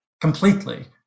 completely